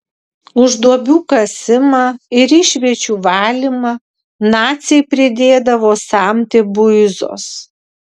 už duobių kasimą ir išviečių valymą naciai pridėdavo samtį buizos